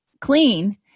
clean